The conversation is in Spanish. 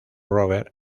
robert